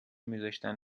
میذاشتن